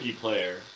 player